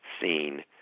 seen